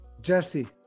Jesse